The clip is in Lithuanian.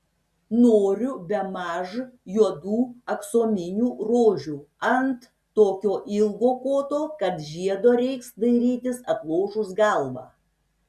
noriu bemaž juodų aksominių rožių ant tokio ilgo koto kad žiedo reiks dairytis atlošus galvą